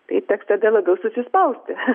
tai teks tada labiau susispausti